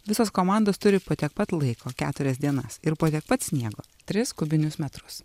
visos komandos turi po tiek pat laiko keturias dienas ir po tiek pat sniego tris kubinius metrus